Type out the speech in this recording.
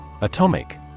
Atomic